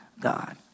God